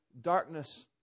darkness